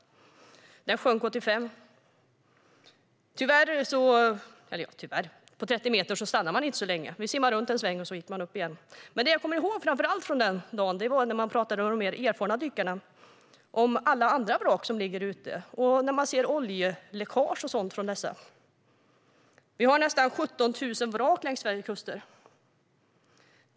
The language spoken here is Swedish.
Den sjönk 1985. På 30 meters djup stannar man inte så länge. Vi simmade runt en sväng, och sedan gick vi upp igen. Jag pratade med de mer erfarna dykarna om alla andra vrak som ligger på botten och alla oljeläckage från dessa. Det finns nästan 17 000 vrak längs Sveriges kuster.